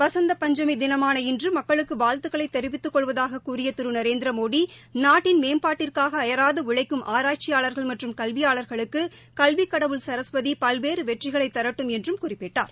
பசந்த் பஞ்சமி தினமாள இன்று மக்களுக்கு வாழ்த்துக்களைத் தெிவித்துக் கொள்வதாகக் கூறிய திரு ந நரேந்திரமோடி நாட்டின் மேம்பாட்டிற்காக அயராது உழைக்கும் ஆராய்ச்சியாளர்கள் மற்றும் கல்வியாளர்களுக்கு கல்விக் கடவுள் சரஸ்வதி பல்வேறு வெற்றிகளைத் தாட்டும் என்றும் குறிப்பிட்டார்